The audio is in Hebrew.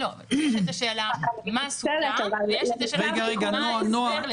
אבל לייצר לקבינט מספר אפשרויות שהם יבחרו